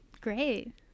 Great